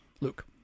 Luke